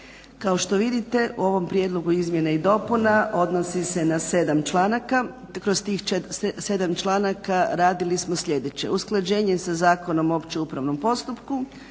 Kao što vidite u ovom prijedlogu izmjena i dopuna odnosi se na 7 članaka. Kroz tih 7 članaka radili smo sljedeće: usklađenje sa Zakonom o općem upravnom postupku,